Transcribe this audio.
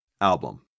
album